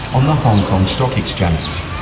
on the hong kong stock exchange.